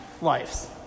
lives